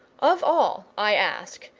of all i ask,